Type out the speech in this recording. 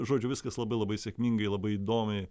žodžiu viskas labai labai sėkmingai labai įdomiai